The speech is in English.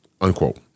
Unquote